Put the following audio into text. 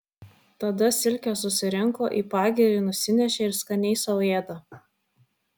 tada silkes susirinko į pagirį nusinešė ir skaniai sau ėda